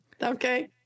Okay